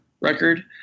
record